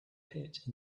pit